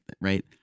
right